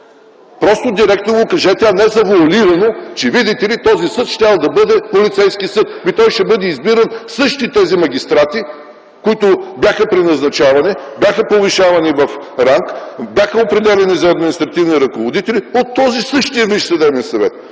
Просто директно го кажете, а не завоалирано, че, видите ли, този съд щял да бъде полицейски съд. Ами, той ще бъде избиран от същите тези магистрати, които бяха преназначавани, бяха повишавани в ранг, бяха определяни за административни ръководители от този същия Висш